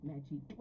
Magic